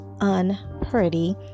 unpretty